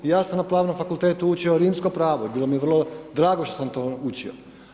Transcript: I ja sam na Pravnom fakultetu učio rimsko pravo i bilo mi je vrlo drago što sam to učio.